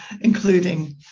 including